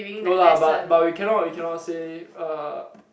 no lah but but we cannot we cannot say uh